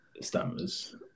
stammers